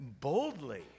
boldly